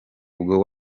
ubwo